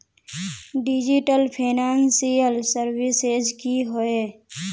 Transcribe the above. Digital financial services की होय?